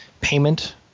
payment